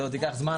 זה עוד ייקח זמן.